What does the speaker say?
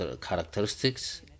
characteristics